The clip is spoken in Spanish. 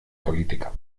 política